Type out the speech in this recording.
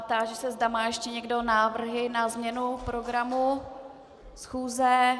Táži se, zda má ještě někdo návrhy na změnu programu schůzi.